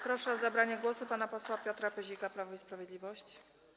Proszę o zabranie głosu pana posła Piotra Pyzika, Prawo i Sprawiedliwość.